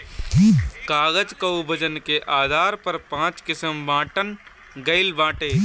कागज कअ वजन के आधार पर पाँच किसिम बांटल गइल बाटे